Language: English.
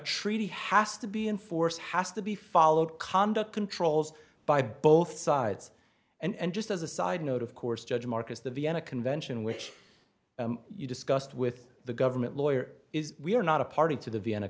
treaty has to be in force has to be followed conduct controls by both sides and just as a side note of course judge marcus the vienna convention which you discussed with the government lawyer is we are not a party to the vienna